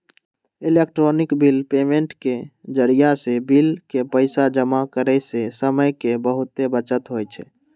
electronic bill payment के जरियासे bill के पइसा जमा करेयसे समय के बहूते बचत हो जाई छै